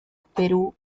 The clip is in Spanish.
perú